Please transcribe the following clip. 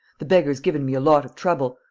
the beggar's given me a lot of trouble.